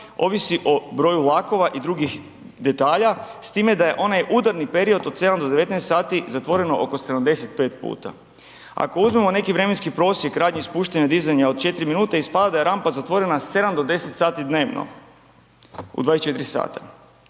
ovisi o broju vlakova i drugih detalja s time da je onaj udarni period od 7 do 19 sati zatvoreno oko 75 puta. Ako uzmemo neki vremenski prosjek radnji spuštanja i dizanja od 4 minute ispada da je rampa zatvorena 7 do 10 sati dnevno u 24 sata,